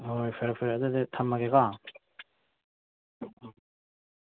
ꯍꯣꯏ ꯍꯣꯏ ꯐꯔꯦ ꯐꯔꯦ ꯑꯗꯨꯗꯤ ꯊꯝꯃꯒꯦ ꯀꯣ ꯎꯝ